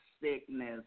sickness